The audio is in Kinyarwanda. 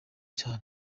cyane